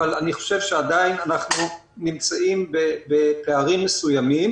אבל אני חושב שעדיין אנחנו נמצאים בפערים מסוימים